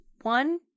One